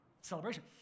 celebration